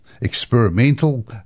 experimental